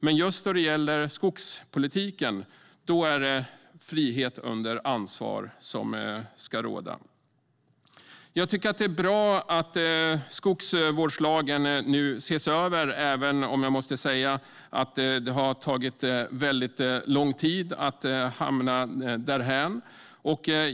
Men just då det gäller skogspolitiken är det frihet under ansvar som ska råda. Det är bra att skogsvårdslagen nu ses över, även om jag måste säga att det har tagit väldigt lång tid att komma dithän.